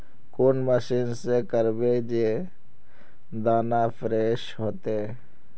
कौन मशीन से करबे जे दाना फ्रेस होते?